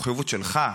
המחויבות שלך,